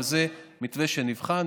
וזה מתווה שנבחן,